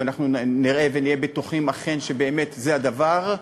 ואנחנו נראה ונהיה בטוחים שבאמת כך הדבר,